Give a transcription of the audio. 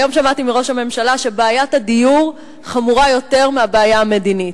היום שמעתי מראש הממשלה שבעיית הדיור חמורה יותר מהבעיה המדינית,